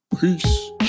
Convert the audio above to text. Peace